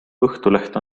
õhtuleht